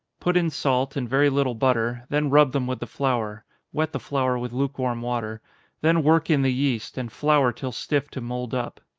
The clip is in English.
put in salt, and very little butter then rub them with the flour wet the flour with lukewarm water then work in the yeast, and flour till stiff to mould up.